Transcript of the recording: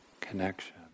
connection